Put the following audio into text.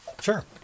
Sure